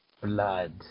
blood